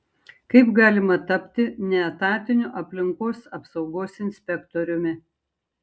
kaip galima tapti neetatiniu aplinkos apsaugos inspektoriumi